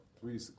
three